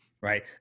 Right